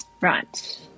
Right